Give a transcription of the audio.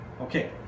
Okay